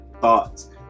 thoughts